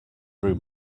room